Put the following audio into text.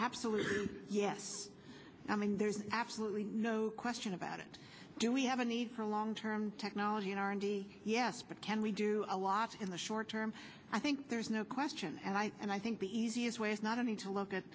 absolutely yes i mean there's absolutely no question about it do we have a need for long term technology yes but can we do a lot in the short term i think there's no question and i and i think the easiest way is not only to look at